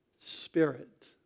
Spirit